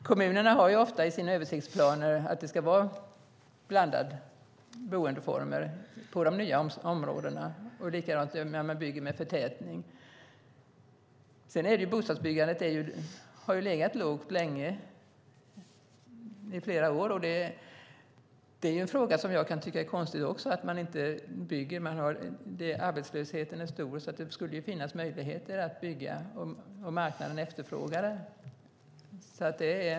Fru talman! Kommunerna har ofta i sina översiktsplaner att det ska vara blandade boendeformer i de nya områdena, liksom när man bygger med förtätning. Bostadsbyggandet har legat lågt länge, i flera år. Jag kan tycka att det är konstigt att man inte bygger. Arbetslösheten är stor, så det borde finnas möjligheter att bygga, om det finns en efterfrågan på marknaden.